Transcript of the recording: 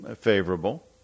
favorable